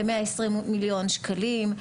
ב- 120 מיליון שקלים,